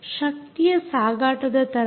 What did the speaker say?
ಶಕ್ತಿಯ ಸಾಗಾಟದ ತರಂಗ